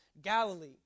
Galilee